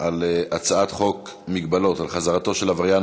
על הצעת חוק מגבלות על חזרתו של עבריין